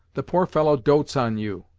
the poor fellow dotes on you,